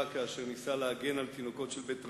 כאשר ניסה להגן על תינוקות של בית רבן.